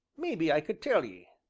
maybe i could tell ye.